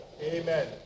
Amen